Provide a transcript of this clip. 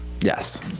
Yes